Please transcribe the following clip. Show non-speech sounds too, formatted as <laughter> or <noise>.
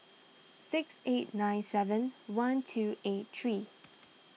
six eight nine seven one two eight three <noise>